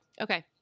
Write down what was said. okay